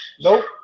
Nope